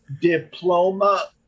Diploma